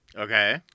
Okay